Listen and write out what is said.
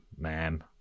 ma'am